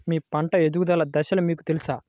మీ పంట ఎదుగుదల దశలు మీకు తెలుసా?